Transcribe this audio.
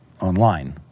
online